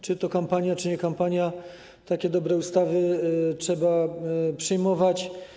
Czy to kampania, czy nie kampania, takie dobre ustawy trzeba przyjmować.